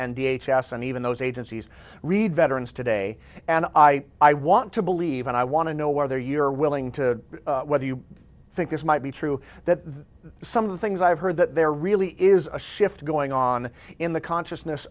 f and even those agencies read veterans today and i want to believe and i want to know whether you're willing to whether you think this might be true that some of the things i've heard that there really is a shift going on in the consciousness